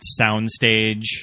soundstage